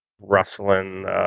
rustling